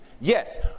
Yes